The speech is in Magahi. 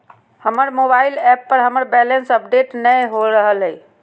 हमर मोबाइल ऐप पर हमर बैलेंस अपडेट नय हो रहलय हें